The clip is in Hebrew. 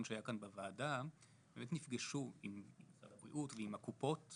שהיה כאן בוועדה הם באמת נפגשו עם משרד הבריאות ועם הקופות,